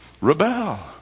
Rebel